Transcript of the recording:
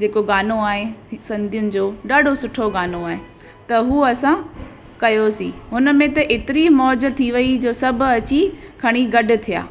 जेको गानो आहे सिंधियुनि जो ॾाढो सुठो गानो आहे त हू असां कयोसीं हुन में त एतिरी मौज थी वई जो सभु अची खणी गॾु थिया